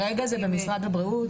כרגע זה במשרד הבריאות.